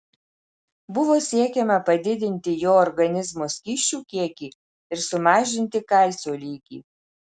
buvo siekiama padidinti jo organizmo skysčių kiekį ir sumažinti kalcio lygį